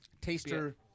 taster